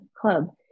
club